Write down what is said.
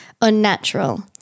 unnatural